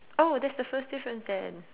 oh that's the first difference then